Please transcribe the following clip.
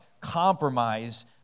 compromise